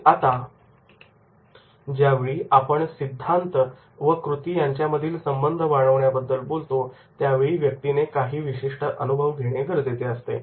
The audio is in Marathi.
आणि आता ज्या वेळी आपणसिद्धांत व कृती यांच्यामधील संबंध वाढवण्याबद्दल बोलतो त्यावेळी व्यक्तीने काही विशिष्ट अनुभव घेणे गरजेचे असते